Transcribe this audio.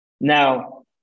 Now